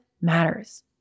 matters